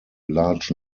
large